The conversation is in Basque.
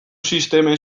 sistemen